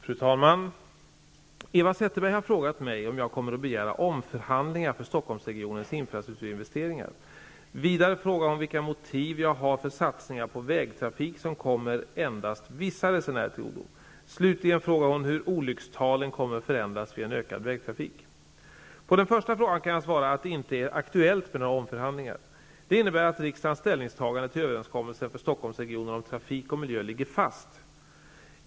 Fru talman! Eva Zetterberg har frågat mig om jag kommer att begära omförhandlingar för Vidare frågar hon vilka motiv jag har för satsningar på vägtrafik som endast kommer vissa resenärer till godo. Slutligen frågar hon hur olyckstalen kommer att förändras vid en ökad vägtrafik. På den första frågan kan jag svara att det inte är aktuellt med några omförhandlingar. Det innebär att riksdagens ställningstagande till överenskommelsen för Stockholmsregionen om trafik och miljö ligger fast.